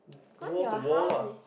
cause your house is